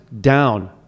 down